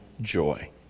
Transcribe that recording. joy